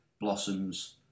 Blossoms